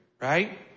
right